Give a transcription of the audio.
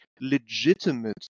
legitimate